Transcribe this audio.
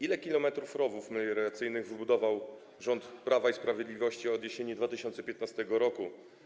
Ile kilometrów rowów melioracyjnych wybudował rząd Prawa i Sprawiedliwości od jesieni 2015 r.